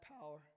power